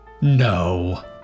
No